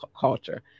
culture